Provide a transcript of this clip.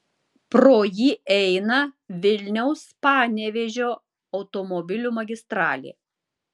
pro jį eina vilniaus panevėžio automobilių magistralė